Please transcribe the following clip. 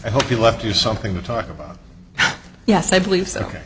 i hope you left you something to talk about yes i believe